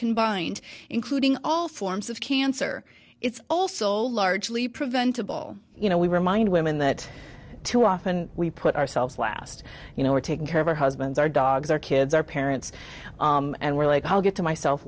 combined including all forms of cancer it's also largely preventable you know we remind women that too often we put ourselves last you know we're taking care of our husbands our dogs our kids our parents and we're like i'll get to myself